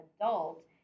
adult